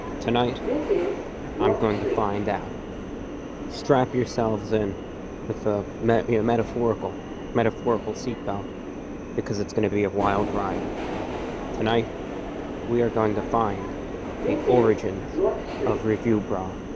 tonight i'm going to find out strap yourselves in with the met meta metaphorical metaphorical seatbelt because it's gonna be a wild ride tonight we are going to find the origin of review brah